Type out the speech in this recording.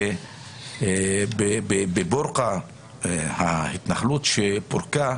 בבורקה ההתנחלות שפורקה,